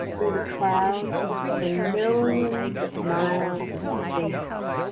through the clouds and millions of miles of space.